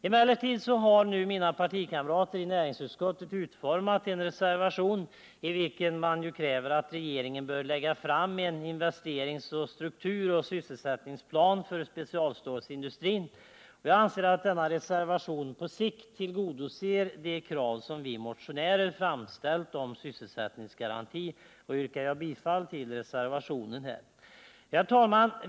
Emellertid har nu mina partikamrater i näringsutskottet utformat en reservation, i vilken man kräver att regeringen skall lägga fram en investerings-, strukturoch sysselsättningsplan för specialstålsindustrin. Jag anser att denna reservation på sikt tillgodoser de krav som vi motionärer framställt när det gäller sysselsättningsgaranti, och jag yrkar bifall till den reservationen. Herr talman!